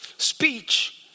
Speech